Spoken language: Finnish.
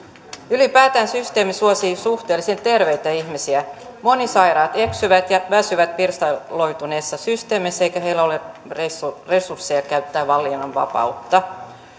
ylipäätään systeemi suosii suhteellisen terveitä ihmisiä monisairaat eksyvät ja väsyvät pirstaloituneessa systeemissä eikä heillä ole resursseja käyttää valinnanvapautta